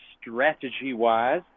strategy-wise